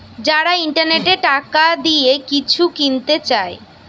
যারা ইন্টারনেটে টাকা দিয়ে কিছু কিনতে চায়